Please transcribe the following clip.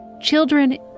children